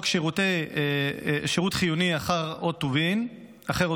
שירות חיוני אחר או טובין,